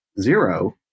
zero